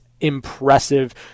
impressive